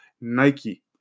Nike